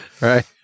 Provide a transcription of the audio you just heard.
Right